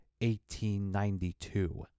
1892